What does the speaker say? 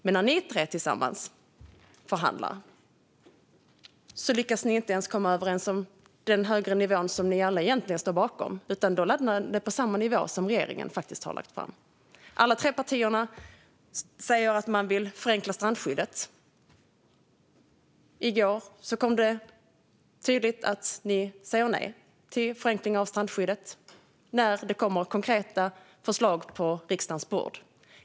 Men när de tre förhandlade tillsammans lyckades de inte ens komma överens om den högre nivå som de alla egentligen stod bakom utan lämnade det på den nivå som regeringen hade lagt fram. Dessa tre partier säger att de vill förenkla strandskyddet. I går framkom det tydligt att de säger nej till förenkling av strandskyddet när det kom konkreta förslag på riksdagens bord.